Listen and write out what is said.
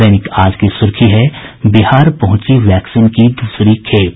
दैनिक आज की सुर्खी है बिहार पहुंची वैक्सीन की दूसरी खेप